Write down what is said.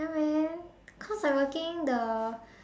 ya man cause I working the